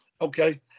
Okay